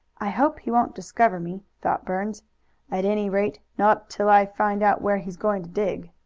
i hope he won't discover me, thought burns at any rate not till i find out where he's going to dig.